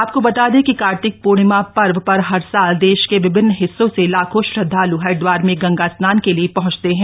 आपको बता दें कि कार्तिक पूर्णिमा पर्व पर हर साल देश के विभिन्न हिस्सों से लाखों श्रद्धाल् हरिद्धार में गंगा स्नान के लिए पहुंचते हैं